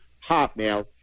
Hotmail